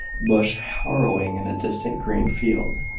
bush-harrowing in a distant green field.